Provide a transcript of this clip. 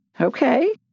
Okay